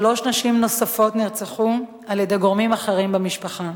שלוש נוספות, על-ידי גורמים אחרים במשפחה.